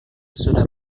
sudah